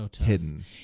hidden